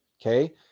Okay